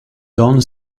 don